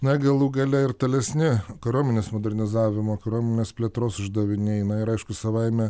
na galų gale ir tolesni kariuomenės modernizavimo kariuomenės plėtros uždaviniai na ir aišku savaime